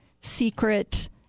secret